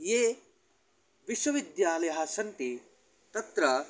ये विश्वविद्यालयाः सन्ति तत्र